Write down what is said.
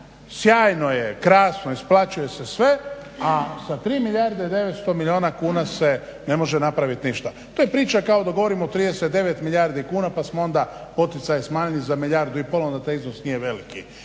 Sjajno je, krasno, isplaćuje se sve, a sa 3 milijarde 900 milijuna kuna se ne može napravit ništa. To je priča kao da govorimo o 39 milijardi kuna pa smo onda poticaje smanjili za milijardu i pol, onda taj iznos nije veliki.